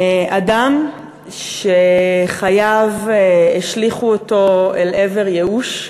אדם שחייו השליכו אותו אל עבר ייאוש,